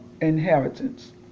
inheritance